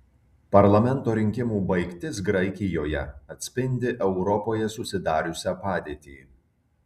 parlamento rinkimų baigtis graikijoje atspindi europoje susidariusią padėtį